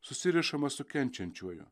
susirišama su kenčiančiuoju